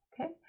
Okay